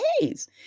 days